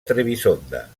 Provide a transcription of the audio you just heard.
trebisonda